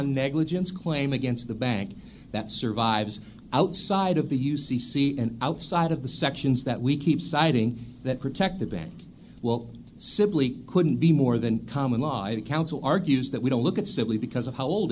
negligence claim against the bank that survives outside of the u c c and outside of the sections that we keep citing that protect the band well simply couldn't be more than common law and counsel argues that we don't look at simply because of how old